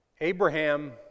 Abraham